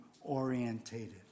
orientated